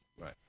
Right